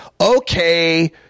okay